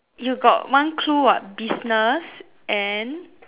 you got one clue [what] business and